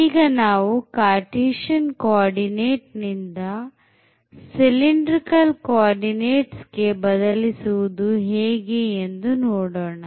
ಈಗ ನಾವು Cartesian co ordinate ಇಂದ cylindrical coordinates ಗೆ ಬದಲಿಸುವುದು ಹೇಗೆ ಎಂದು ನೋಡೋಣ